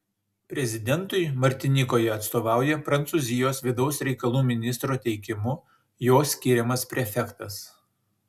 prezidentui martinikoje atstovauja prancūzijos vidaus reikalų ministro teikimu jo skiriamas prefektas